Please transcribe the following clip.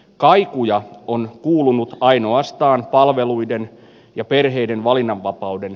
kaikuja on kuulunut ainoastaan palveluiden ja perheiden valinnanvapauden